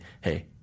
Hey